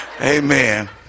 amen